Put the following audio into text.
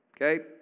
Okay